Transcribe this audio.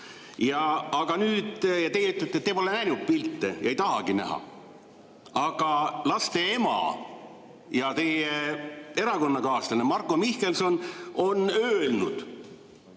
te ütlete, et te pole pilte näinud ja ei tahagi näha. Aga laste ema ja teie erakonnakaaslane Marko Mihkelson on öelnud,